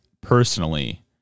personally